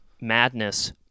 madness